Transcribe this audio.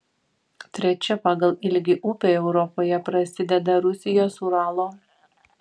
trečia pagal ilgį upė europoje prasideda rusijos uralo